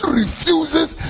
refuses